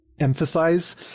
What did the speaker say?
Emphasize